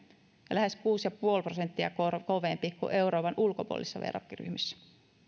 lähes kuusi ja puoli prosenttia kovempi kuin euroopan ulkopuolisissa verrokkiryhmissä